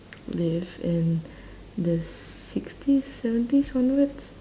live in the sixties seventies onwards